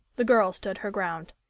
the girl stood her ground.